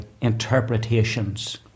interpretations